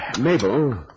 Mabel